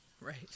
Right